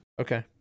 Okay